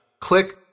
click